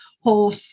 whole